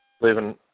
Leaving